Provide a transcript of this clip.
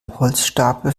holzstapel